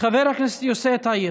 חבר הכנסת יוסף טייב.